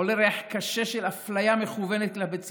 עולה ריח קשה של אפליה מכוונת כלפי ציבור,